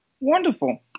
Wonderful